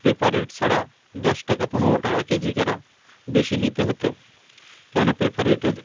prefer rate ছাড়া দশ টাকা পনেরো টাকা কেজি করে বেশি নিতে হতো কেননা প্রেফার রেটের